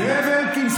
זאב אלקין,